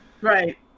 right